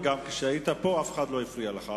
יש כאן גבול, גם כשהיית פה אף אחד לא הפריע לך.